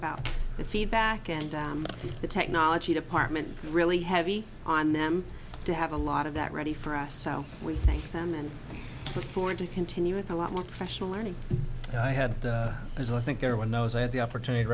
about the feedback and the technology department really heavy on them to have a lot of that ready for us so we thank them and look forward to continue with a lot more professional learning i had as i think everyone knows i had the opportunity to